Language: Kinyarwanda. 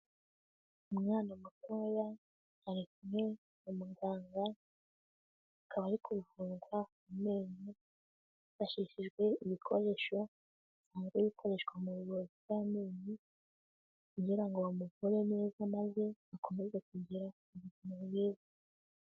Umwana mutoya arikumwe muganga akaba ari kuvurwa amenyo hifashishijwe ibikoresho biba bikoreshwa mu buvuzi bw'amamenyo kugira bamukore neza maze akomeze kugira umubiri mwiza.